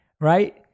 right